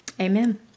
Amen